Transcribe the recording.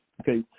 Okay